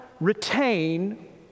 retain